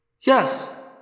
Yes